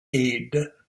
aide